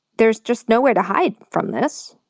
there's just nowhere to hide from this.